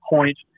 Point